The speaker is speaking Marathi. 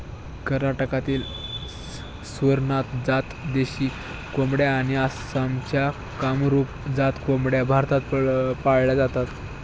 कर्नाटकातील स्वरनाथ जात देशी कोंबड्या आणि आसामच्या कामरूप जात कोंबड्या भारतात पाळल्या जातात